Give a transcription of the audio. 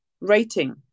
rating